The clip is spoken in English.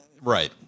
Right